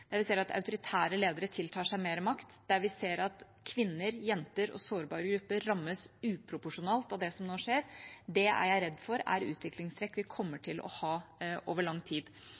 der vi ser at autoritære ledere tiltar seg mer makt, der vi ser at kvinner, jenter og sårbare grupper rammes uproporsjonalt av det som nå skjer, er jeg redd for er utviklingstrekk vi må kommer til å ha over lang tid.